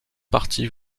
partie